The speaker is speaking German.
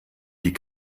die